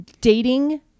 dating